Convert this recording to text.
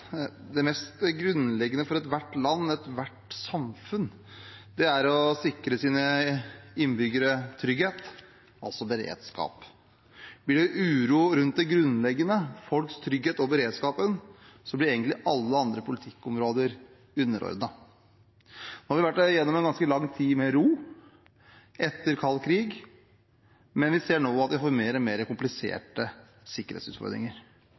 Det mest grunnleggende for ethvert land, ethvert samfunn, er å sikre sine innbyggere trygghet, altså beredskap. Blir det uro rundt det grunnleggende, folks trygghet og beredskapen, blir alle andre politikkområder egentlig underordnet. Nå har vi vært igjennom en ganske lang tid med ro etter den kalde krigen, men vi ser at vi får mer og mer kompliserte sikkerhetsutfordringer.